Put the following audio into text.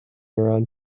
around